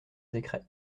décret